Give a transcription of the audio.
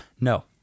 No